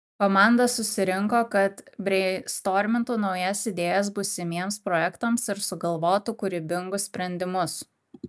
komanda susirinko kad breistormintų naujas idėjas būsimiems projektams ir sugalvotų kūrybingus sprendimus